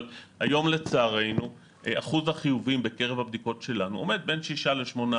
אבל היום לצערנו אחוז החיוביים בקרב הבדיקות שלנו עומד בין 6% ל-8%.